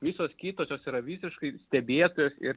visos kitos jos yra visiškai stebėtojos ir